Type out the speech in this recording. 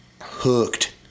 hooked